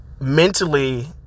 mentally